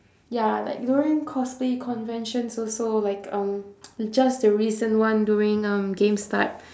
ya like during cosplay conventions also like um just the recent one during um gamestart